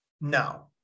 no